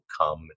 come